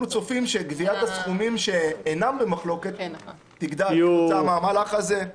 אנחנו צופים שגביית הסכומים שאינם במחלוקת תגדל כתוצאה מהמלך הזה.